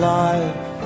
life